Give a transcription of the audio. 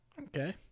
Okay